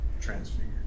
Transfigured